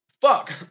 fuck